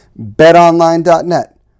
BetOnline.net